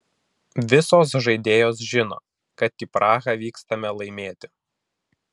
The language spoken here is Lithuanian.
visos žaidėjos žino kad į prahą vykstame laimėti